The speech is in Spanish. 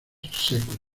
secos